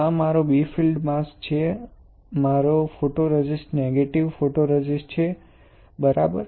આ મારો b field mask છે મારો ફોટોરેઝિસ્ટ નેગેટિવ ફોટોરેઝિસ્ટ છે બરાબર